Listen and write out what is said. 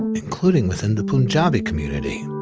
including within the punjabi community.